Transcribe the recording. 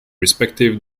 respective